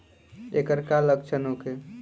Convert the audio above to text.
ऐकर का लक्षण होखे?